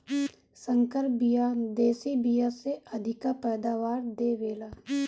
संकर बिया देशी बिया से अधिका पैदावार दे वेला